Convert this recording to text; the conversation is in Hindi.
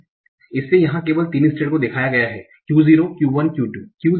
इसलिए यहाँ केवल 3 स्टेट्स को दिखाया गया है Q0 Q1Q2